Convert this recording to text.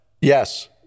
Yes